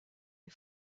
les